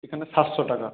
সেখানে সাতশো টাকা